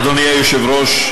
אדוני היושב-ראש,